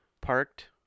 parked